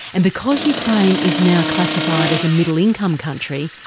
and because ukraine is now classified as a middle income country,